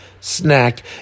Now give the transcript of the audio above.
snack